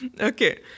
Okay